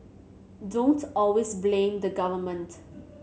don't always blame the government